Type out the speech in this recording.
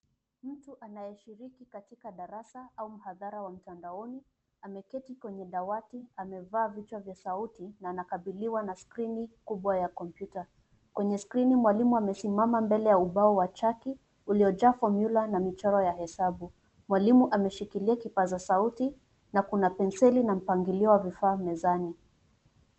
Mtu anayeshiriki katika darasa au mhadhara wa mtandaoni ameketi kwenye dawati, amevaa vichwa vya sauti na anakabiliwa na skrini kubwa ya kompyuta. Kwenye skrini mwalimu amesimama mbele ya ubao wa chaki uliojaa formula na michoro ya hesabu. Mwalimu ameshikilia kipaza sauti na kuna penseli na mpangilio wa vifaa mezani.